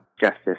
justice